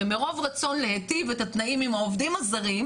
ומרוב רצון להיטיב את התנאים עם העובדים הזרים,